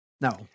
No